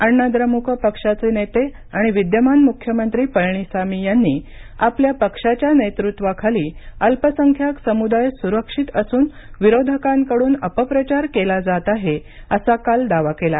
अण्णा द्रमुक पक्षाचे नेते आणि विद्यमान मुख्यमंत्री पळणीसामी यांनी आपल्या पक्षाच्या नेतृत्वाखाली अल्पसंख्याक समुदाय सुरक्षित असून विरोधकांकडून अपप्रचार केला जात आहे असा काल दावा केला